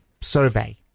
survey